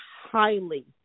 highly